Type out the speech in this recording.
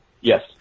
Yes